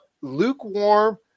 lukewarm